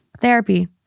Therapy